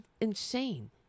insane